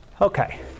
Okay